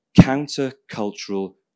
counter-cultural